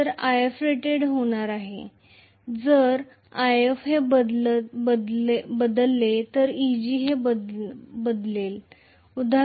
तर हे Ifrated होणार आहे जर If हे बदलले तर Eg हे बदलेल उदा